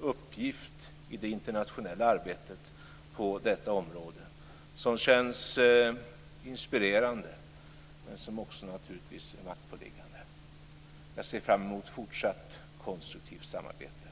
uppgift i det internationella arbetet på området som känns inspirerande men som också, naturligtvis, är maktpåliggande. Jag ser fram emot fortsatt konstruktivt samarbete.